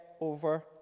over